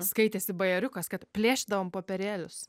skaitėsi bajeriukas kad plėšydavom popierėlius